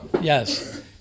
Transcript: yes